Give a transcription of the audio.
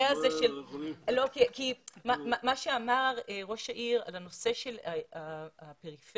למה שאמר ראש העיר על נושא הפריפריה.